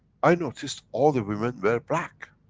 i noticed all the women wear black.